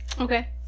Okay